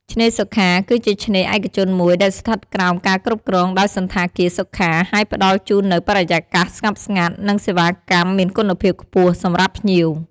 ឆ្នេរសុខា គឺជាឆ្នេរឯកជនមួយ ដែលស្ថិតក្រោមការគ្រប់គ្រងដោយសណ្ឋាគារសុខា ហើយផ្តល់ជូននូវបរិយាកាសស្ងប់ស្ងាត់ និងសេវាកម្មមានគុណភាពខ្ពស់សម្រាប់ភ្ញៀវ។